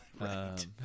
Right